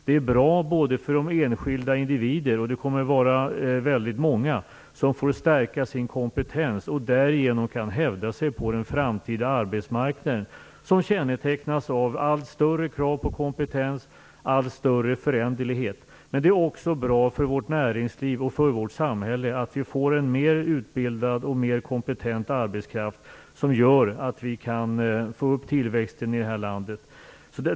Det är bra för de enskilda individerna, och det kommer att vara väldigt många som kommer att få stärka sin kompetens och därigenom hävda sig på den framtida arbetsmarknaden, som kännetecknas av allt större krav på kompetens, allt större föränderlighet. Det är också bra för vårt näringsliv och vårt samhälle att vi får mer utbildad och mer kompetent arbetskraft, som gör att vi kan få upp tillväxten i det här landet.